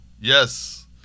Yes